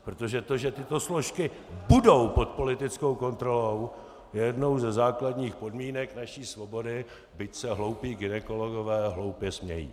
Protože to, že tyto složky budou pod politickou kontrolou, je jednou ze základních podmínek naší svobody, byť se hloupí gynekologové hloupě smějí.